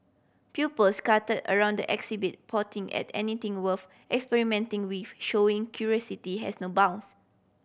pupil scatter around the exhibit potting at anything worth experimenting with showing curiosity has no bounds